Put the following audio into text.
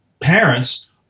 parents